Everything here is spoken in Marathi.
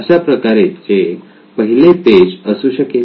अशा प्रकारचे पहिले पेज असू शकेल